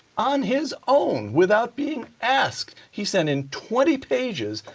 on his own, without being asked, he sent in twenty pages,